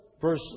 verse